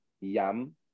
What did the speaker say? yum